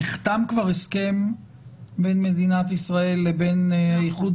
נחתם כבר הסכם בין מדינת ישראל לבין האיחוד